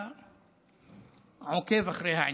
אתה עוקב אחרי העניין,